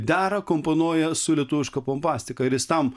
dera komponuoja su lietuviška pompastika ir jis tam